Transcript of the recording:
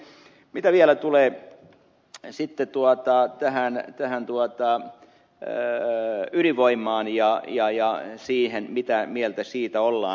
mitä vielä tulee he sitten tuottaa tehän ettehän tuottaa jäällä ylivoimaan ja ydinvoimaan ja siihen mitä mieltä siitä ollaan